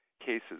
cases